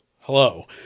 Hello